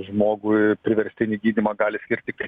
žmogui priverstinį gydymą gali skirt tiktai